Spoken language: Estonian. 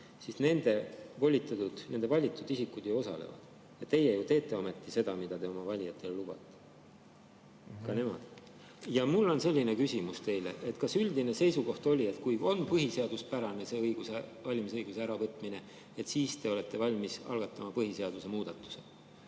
Aga nende valitud isikud ju osalevad. Teie ju teete ometi seda, mida te oma valijatele lubate. Ka nemad. Mul on selline küsimus teile: kas üldine seisukoht oli, et kui on põhiseaduspärane see valimisõiguse äravõtmine, siis te olete valmis algatama põhiseaduse muudatuse?